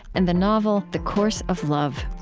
and the novel the course of love